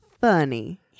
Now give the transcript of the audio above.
funny